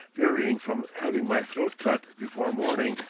varying from having my throat cut before morning,